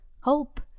hope